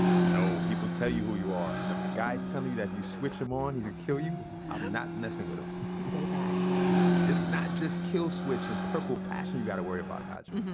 no. people tell you who you are. and if a guy's telling you that if you switch him on, he'll kill you, i'm not messing with em. stay back it's not just kill switch and purple passion you got to worry about nigel.